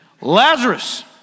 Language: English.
Lazarus